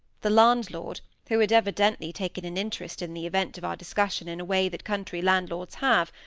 the landlord, who had evidently taken an interest in the event of our discussion in a way that country landlords have,